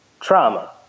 trauma